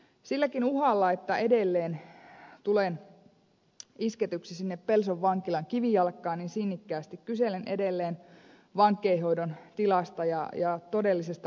silläkin uhalla että edelleen tulen isketyksi sinne pelson vankilan kivijalkaan sinnikkäästi kyselen edelleen vankeinhoidon tilasta ja todellisesta arkipäivästä